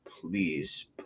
please